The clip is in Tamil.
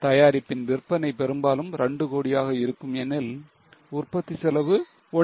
தயாரிப்பின் விற்பனை பெரும்பாலும் 2 கோடியாக இருக்கும் எனில் உற்பத்தி செலவு 1